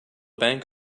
bank